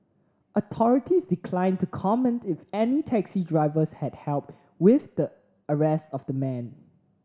authorities declined to comment if any taxi drivers had help with the arrest of the man